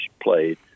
played